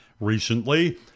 Recently